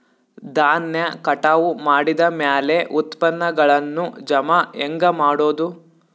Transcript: ಧಾನ್ಯ ಕಟಾವು ಮಾಡಿದ ಮ್ಯಾಲೆ ಉತ್ಪನ್ನಗಳನ್ನು ಜಮಾ ಹೆಂಗ ಮಾಡೋದು?